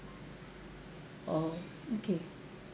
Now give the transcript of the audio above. oh okay